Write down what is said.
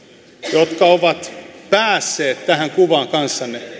jotka ovat päässeet tähän kuvaan kanssanne